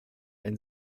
ein